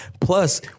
Plus